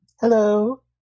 Hello